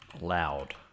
loud